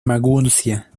maguncia